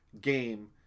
game